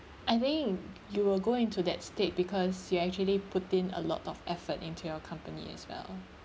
I think you will go into that state because you actually putting a lot of effort into your company as well